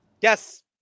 Yes